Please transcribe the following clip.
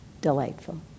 delightful